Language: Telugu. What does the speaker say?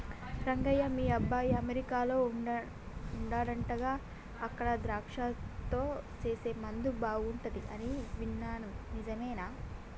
రంగయ్య మీ అబ్బాయి అమెరికాలో వుండాడంటగా అక్కడ ద్రాక్షలతో సేసే ముందు బాగుంటది అని విన్నాను నిజమేనా